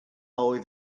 oedd